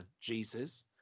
Jesus